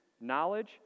knowledge